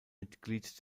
mitglied